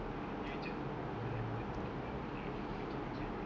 the new job will only be like one quarter of their their orignal salary